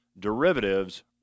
Derivatives